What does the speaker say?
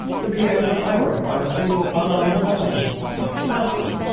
to be overpowered by a single unarmed man in such a fashion!